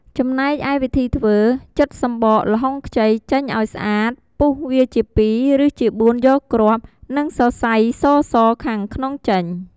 ចំណែកឯវិធីធ្វើ ចិតសម្បក ល្ហុងខ្ចី ចេញឲ្យស្អាតពុះវាជាពីរ ឬជាបួនយកគ្រាប់ និងសរសៃសៗខាងក្នុងចេញ។